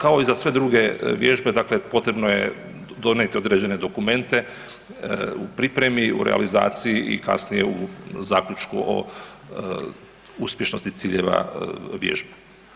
Kao i za sve druge vježbe, dakle potrebno je donijeti određene dokumente u pripremi, u realizaciji i kasnije u zaključku o uspješnosti ciljeva vježbe.